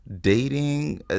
dating